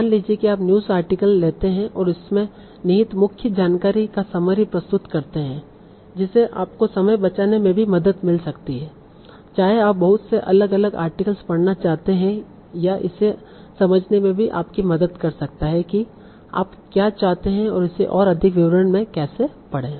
मान लीजिए कि आप न्यूज़ आर्टिकल लेते हैं और इसमें निहित मुख्य जानकारी का समरी प्रस्तुत करते हैं जिससे आपको समय बचाने में भी मदद मिल सकती है चाहे आप बहुत से अलग अलग आर्टिकल्स पढ़ना चाहते हैं या इसे समझने में भी आपकी मदद कर सकता है कि आप क्या चाहते हैं इसे और अधिक विवरण में केसे पढ़ें